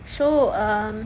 so um